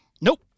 Nope